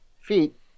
feet